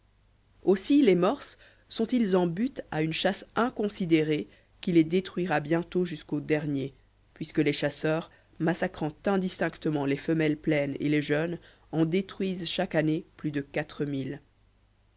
aussi les morses sont-ils en butte à une chasse inconsidérée qui les détruira bientôt jusqu'au dernier puisque les chasseurs massacrant indistinctement les femelles pleines et les jeunes en détruisent chaque année plus de